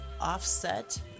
offset